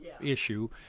issue